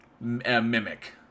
mimic